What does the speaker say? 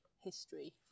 history